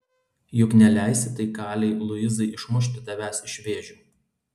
juk neleisi tai kalei luizai išmušti tavęs iš vėžių